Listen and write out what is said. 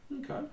Okay